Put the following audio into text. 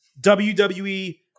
WWE